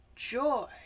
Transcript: Joy